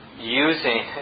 using